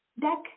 Deck